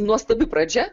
nuostabi pradžia